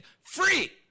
free